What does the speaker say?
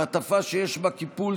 מעטפה שיש בה קיפול,